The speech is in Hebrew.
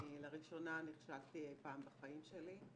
אני, לראשונה, נכשלתי אי פעם בחיים שלי.